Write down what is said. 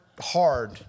hard